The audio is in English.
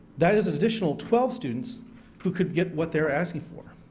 that is an additional twelve students who could get what they are asking for.